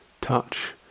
touch